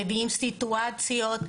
מביאים סיטואציות.